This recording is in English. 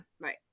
right